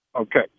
Okay